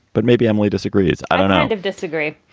but maybe emily disagrees. i don't kind of disagree.